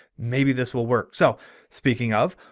maybe this will work. so speaking of.